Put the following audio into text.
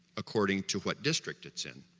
according to what district it's in,